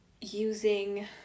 using